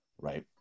right